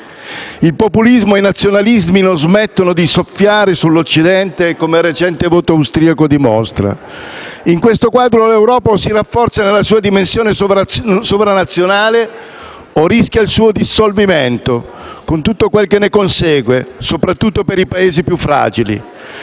Il populismo e i nazionalismi non smettono di soffiare sull'Occidente, come il recente voto austriaco dimostra. In questo quadro l'Europa o si rafforza nella sua dimensione sovranazionale o rischia il suo dissolvimento, con tutto quello che ne consegue, soprattutto per i Paesi più fragili.